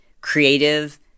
creative